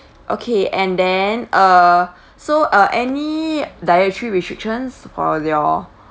okay and then uh so uh any dietary restrictions for your